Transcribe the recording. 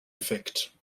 defekt